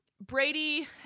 Brady